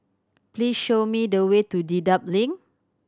please show me the way to Dedap Link